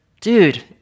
dude